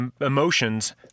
emotions